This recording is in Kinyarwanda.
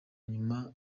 nyuma